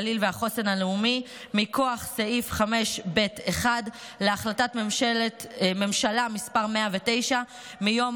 הגליל והחוסן הלאומי מכוח סעיף 5.ב.1 להחלטת ממשלה 109 מיום